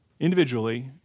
individually